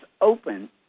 open